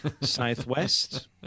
Southwest